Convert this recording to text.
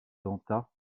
sangha